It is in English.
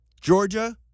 georgia